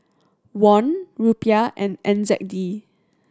Won Rupiah and N Z D